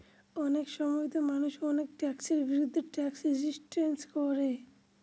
অনেক সময়তো মানুষ অনেক ট্যাক্সের বিরুদ্ধে ট্যাক্স রেজিস্ট্যান্স করে